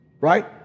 right